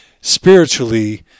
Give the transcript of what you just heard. spiritually